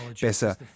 besser